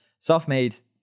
Selfmade